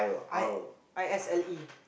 I I S L E